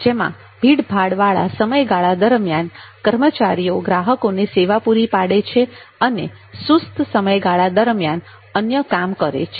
જેમાં ભીડભાડવાળા સમયગાળા દરમિયાન કર્મચારીઓ ગ્રાહકોને સેવા પૂરી પાડે છે અને સુસ્ત સમયગાળા દરમ્યાન અન્ય કામ કરે છે